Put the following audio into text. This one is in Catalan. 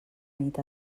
nit